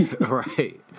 Right